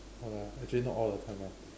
no lah actually not all the time lah